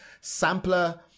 Sampler